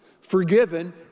forgiven